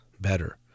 better